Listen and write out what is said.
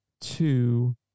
two